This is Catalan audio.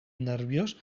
nerviós